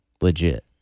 legit